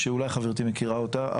אולי חברתי מכירה אותה,